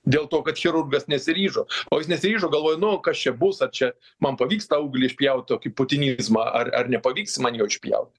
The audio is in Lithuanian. dėl to kad chirurgas nesiryžo o jis nesiryžo galvojo nu o kas čia bus ar čia man pavyks tą auglį išpjaut tokį putinizmą ar ar nepavyks man jo išpjaut